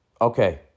Okay